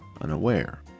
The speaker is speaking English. unaware